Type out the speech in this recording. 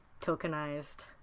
tokenized